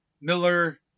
Miller